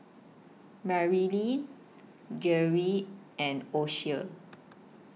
Marilynn Geary and Ocie